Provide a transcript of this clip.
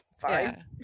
fine